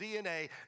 DNA